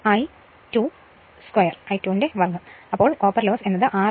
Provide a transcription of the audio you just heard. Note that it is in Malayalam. അതിനാൽ ചെമ്പ് നഷ്ടം Re2 I2 2 ആയിരിക്കും